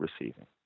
receiving